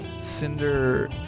Cinder